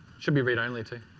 should be read only too.